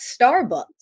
Starbucks